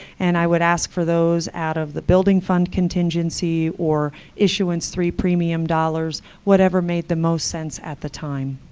and i would ask for those out of the building fund contingency or issuance three premium dollars, whatever made the most sense at the time.